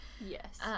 Yes